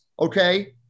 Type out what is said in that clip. okay